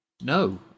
no